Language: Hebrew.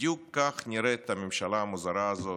בדיוק כך נראית הממשלה המוזרה הזאת,